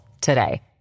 today